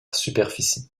superficie